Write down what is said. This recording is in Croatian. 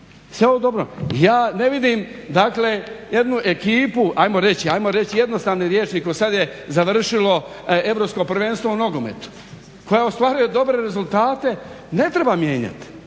je ovo dobro. Ja ne vidim dakle jednu ekipu, ajmo reći jednostavnim rječnikom, sad je završilo europsko prvenstvo u nogometu, tko je ostvario dobre rezultate ne treba mijenjat.